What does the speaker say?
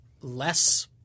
less